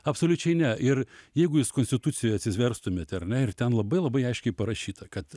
absoliučiai ne ir jeigu jūs konstituciją atsiverstumėte ar ne ir ten labai labai aiškiai parašyta kad